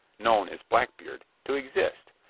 known as blackbeard, to exist,